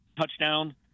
touchdown